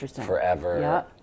forever